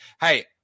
Hey